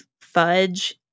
Fudge